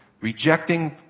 Rejecting